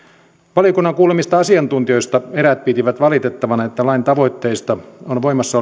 valiokunnan kuulemista asiantuntijoista eräät pitivät valitettavana että lain tavoitteista on voimassa